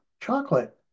chocolate